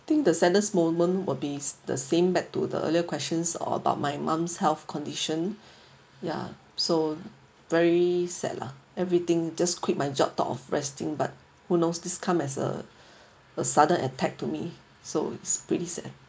I think the saddest moment will be s~ the same back to the earlier questions or about my mum's health condition ya so very sad lah everything just quit my job talk of resting but who knows this come as a a sudden attack to me so it's pretty sad